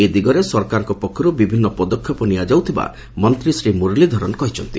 ଏ ଦିଗରେ ସରକାରଙ୍କ ପକ୍ଷରୁ ବିଭିନ୍ନ ପଦକ୍ଷେପ ନିଆଯାଉଥିବା ମନ୍ତ୍ରୀ ଶ୍ରୀ ମୁରଲୀଧରନ୍ କହିଚ୍ଚନ୍ତି